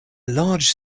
large